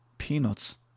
Peanuts